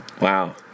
Wow